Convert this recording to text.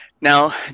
Now